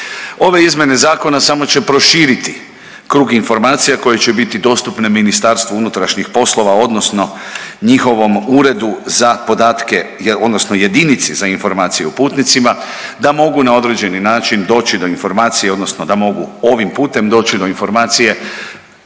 Ove izmjene zakona samo će proširiti krug informacija koje će biti dostupne Ministarstvu unutrašnjih poslova, odnosno njihovom Uredu za podatke, odnosno jedinici za informacije o putnicima da mogu na određeni način doći do informacije, odnosno da mogu ovim putem doći do informacije